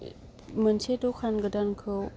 मोनसे दखान गोदानखौ